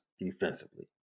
defensively